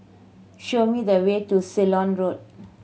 show me the way to Ceylon Road